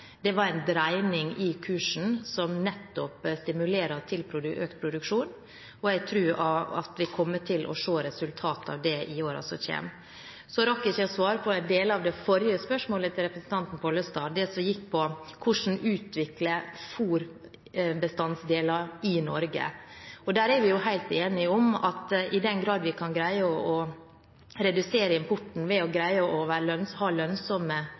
Det var en dreining i kursen som nettopp stimulerer til økt produksjon, og jeg tror at vi kommer til å se resultater av det i årene som kommer. Så rakk jeg ikke å svare på deler av det forrige spørsmålet til representanten Pollestad, det som gikk på hvordan man kan utvikle fôrbestanddeler i Norge. Der er vi helt enige om at i den grad vi kan greie å redusere importen ved å greie å ha lønnsomme